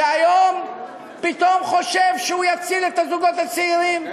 שהיום פתאום חושב שהוא יציל את הזוגות הצעירים,